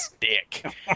dick